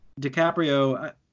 dicaprio